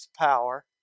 power